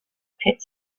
pit